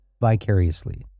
vicariously